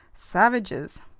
savages.